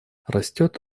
растет